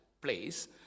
place